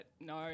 no